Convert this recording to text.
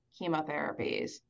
chemotherapies